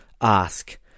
ask